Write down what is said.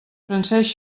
francesc